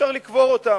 ואי-אפשר לקבור אותם.